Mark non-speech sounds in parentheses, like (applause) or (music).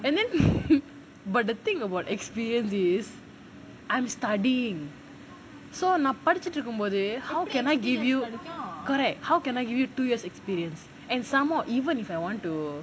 and then (laughs) but the thing about experience is I'm studying so நான் படிச்சிட்டு இருக்கும் போது:naan padichitu irukum pothu how can I give you correct how can I give you two years experience and some more even if I want to